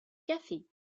cafés